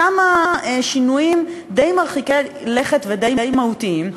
כמה שינויים די מרחיקי לכת ודי מהותיים.